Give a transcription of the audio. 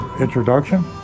introduction